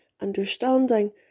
understanding